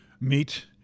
meet